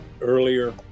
earlier